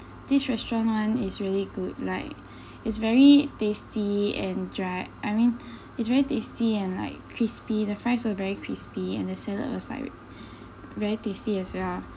this restaurant one is really good like it's very tasty and dry I mean it's very tasty and like crispy the fries was very crispy and the salad was like very tasty as well